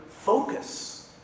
focus